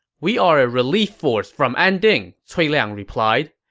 we are a relief force from anding, cui liang replied.